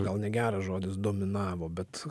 gal negeras žodis dominavo bet